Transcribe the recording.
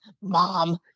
mom